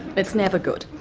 it's never good.